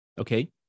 okay